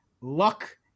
luck